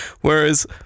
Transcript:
Whereas